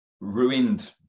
ruined